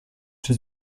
czy